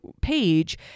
page